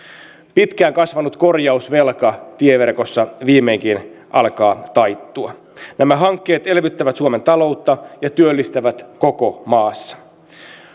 pitkään kasvanut korjausvelka tieverkossa viimeinkin alkaa taittua nämä hankkeet elvyttävät suomen taloutta ja työllistävät koko maassa